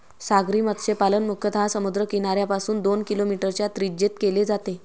सागरी मत्स्यपालन मुख्यतः समुद्र किनाऱ्यापासून दोन किलोमीटरच्या त्रिज्येत केले जाते